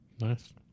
Nice